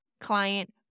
client